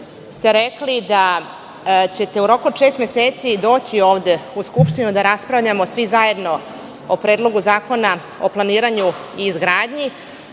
ste rekli da ćete u roku šest meseci doći ovde u Skupštinu da raspravljamo svi zajedno o Predlogu zakona o planiranju i izgradnji.